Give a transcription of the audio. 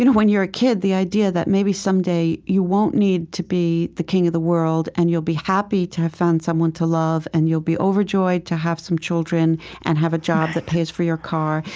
and when you're a kid, the idea that maybe someday you won't need to be the king of the world and you'll be happy to have found someone to love and you'll be overjoyed to have some children and have a job that pays for your car.